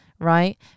right